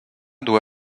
doit